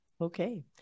Okay